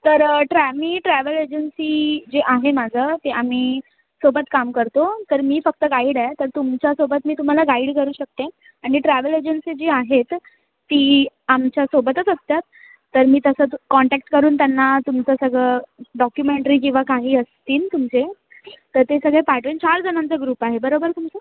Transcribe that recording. तर ट्रॅ मी ट्रॅवल एजन्सी जी आहे माझं ते आम्ही सोबत काम करतो तर मी फक्त गाईड आहे तर तुमच्यासोबत मी तुम्हाला गाईड करू शकते आणि ट्रॅवल एजन्सी जी आहेत ती आमच्यासोबतच असतात तर मी तसं तु कॉन्टॅक्ट करून त्यांना तुमचं सगळं डॉक्युमेंटरी किंवा काही असतील तुमचे तर ते सगळे पाठवेन चार जणांचा ग्रुप आहे बरोबर तुमचा